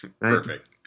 Perfect